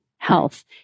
health